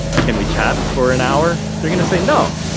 can we chat for an hour? they're gonna say no.